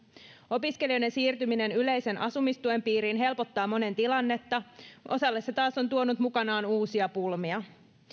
opiskelijoiden siirtyminen yleisen asumistuen piiriin helpottaa monen tilannetta osalle se taas on tuonut mukanaan uusia pulmia